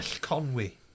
Conway